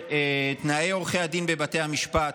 תנאי עורכי הדין בבתי המשפט,